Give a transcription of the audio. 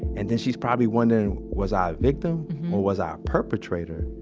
and then she's probably wondering was i a victim or was i a perpetrator?